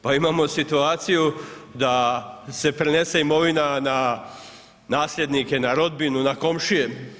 Pa imamo situaciju da se prenese imovina na nasljednike, na rodbinu, na komšije.